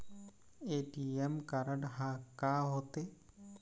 ATM card हा का होते?